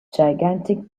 gigantic